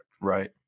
Right